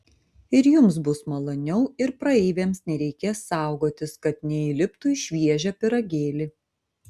ir jums bus maloniau ir praeiviams nereikės saugotis kad neįliptų į šviežią pyragėlį